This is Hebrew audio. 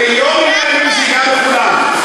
ביום מן הימים זה ייגע בכולם.